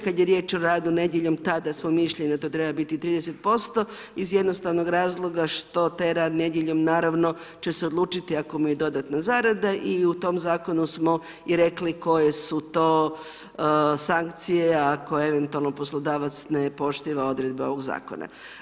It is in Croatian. Kada je riječ o radu nedjeljom, tada smo mišljenja, da to treba biti 30%, iz jednostavnog razloga, što taj rad nedjeljom naravno, će se odlučiti ako mu je dodatna zarada i u tom zakonu smo i rekli koje su to sankcije, ako eventualno poslodavac ne poštuje odredbe ovog zakona.